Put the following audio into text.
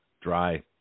dry